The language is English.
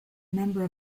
member